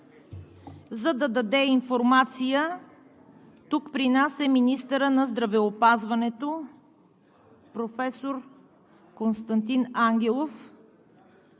за да даде информация, тук при нас е министърът на здравеопазването професор Константин Ангелов.